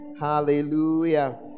hallelujah